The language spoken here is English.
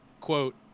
quote